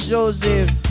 Joseph